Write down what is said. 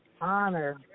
honor